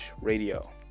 radio